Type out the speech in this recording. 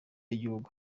y’igihugu